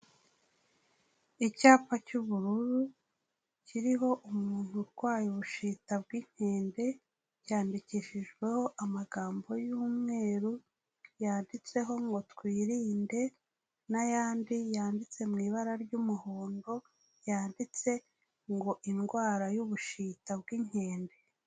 Icyapa cy'ubururu kiriho umuntu urwaye Ubushita bw'inkende, cyandikishijweho amagambo y'umweru, yanditseho ngo "twirinde" n'ayandi yanditse mu ibara ry'umuhondo yanditse ngo "indwara y'Ubushita bw'inkende".